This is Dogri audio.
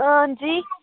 अंजी